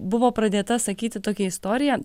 buvo pradėta sakyti tokia istorija